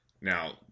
Now